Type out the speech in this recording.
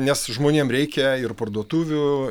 nes žmonėm reikia ir parduotuvių